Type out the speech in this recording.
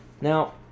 Now